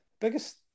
biggest